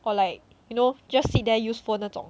or like you know just sit there use phone 那种